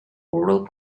oral